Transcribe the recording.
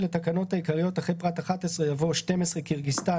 בתוספת לתקנות העיקריות אחרי פרט (11) יבוא: "(12) קירגיסטן,